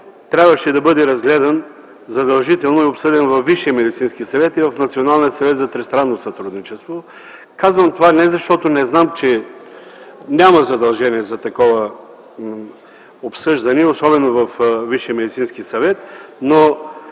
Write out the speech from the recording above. трябваше да бъде разгледан задължително и обсъден във Висшия медицински съвет и в Националния съвет за тристранно сътрудничество. Казвам това не защото не знам, че няма задължение за такова обсъждане, особено във Висшия медицински съвет, но